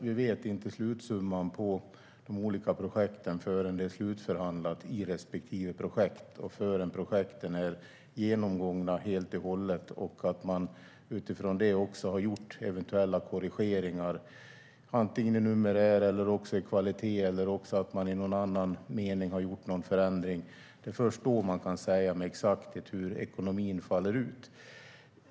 Vi vet inte slutsumman på de olika projekten förrän det är slutförhandlat i respektive projekt och förrän projekten är genomgångna helt och hållet och man utifrån det också gjort eventuella korrigeringar antingen i numerär eller i kvalitet eller att man i någon annan mening har gjort någon förändring. Det är först då man kan säga med exakthet hur ekonomin faller ut.